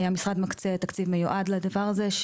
המשרד מקצה תקציב מיועד לדבר הזה,